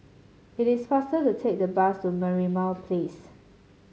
it is faster to take the bus to Merlimau Place